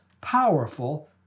powerful